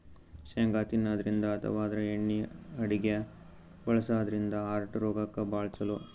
ಶೇಂಗಾ ತಿನ್ನದ್ರಿನ್ದ ಅಥವಾ ಆದ್ರ ಎಣ್ಣಿ ಅಡಗ್ಯಾಗ್ ಬಳಸದ್ರಿನ್ದ ಹಾರ್ಟ್ ರೋಗಕ್ಕ್ ಭಾಳ್ ಛಲೋ